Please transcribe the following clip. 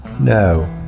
no